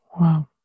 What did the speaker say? Wow